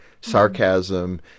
sarcasm